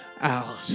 out